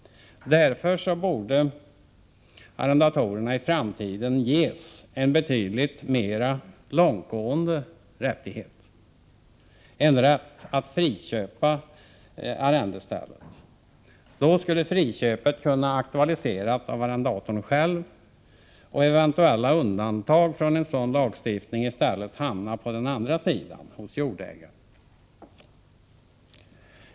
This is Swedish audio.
Därför borde arrendatorerna i framtiden ges en betydligt mera långtgående rättighet, en rätt till friköp av arrendestället. Då skulle friköpet kunna aktualiseras av arrendatorn själv, och eventuella undantag från en sådan lagstiftning skulle i stället hamna på den andra sidan, hos jordägaren.